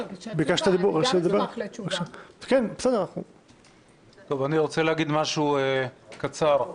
אני רוצה להגיד משהו קצר.